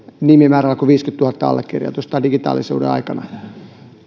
nimimäärällä kuin viisikymmentätuhatta allekirjoitusta digitaalisuuden aikana